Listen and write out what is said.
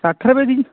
ਸੱਠ ਰੁਪਏ ਸੀ ਜੀ